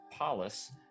polis